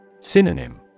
Synonym